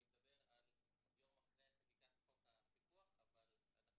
אני מדבר על יום אחרי חקיקת חוק הפיקוח אבל אנחנו